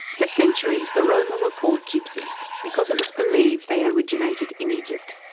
for centuries the roma were called gypsies because it was believed they originated in egypt.